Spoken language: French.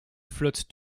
flotte